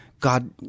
God